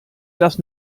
das